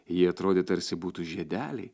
jie atrodė tarsi būtų žiedeliai